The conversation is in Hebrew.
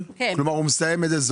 כמו שאנחנו מכירים אותן היום,